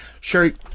Sherry